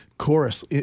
chorus